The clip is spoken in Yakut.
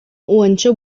уонча